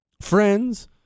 friends